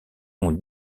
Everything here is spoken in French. ont